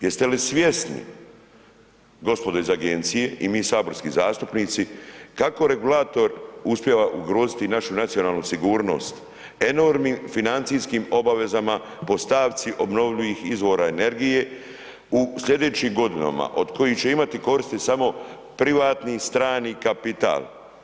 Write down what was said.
Jeste li svjesni gospodo iz agencije i mi saborski zastupnici kako regulator uspijeva ugroziti i našu nacionalnu sigurnost, enormnim financijskim obavezama po stavci obnovljivih izvora energije u sljedećim godinama od kojih će imati koristi samo privatni, strani kapital.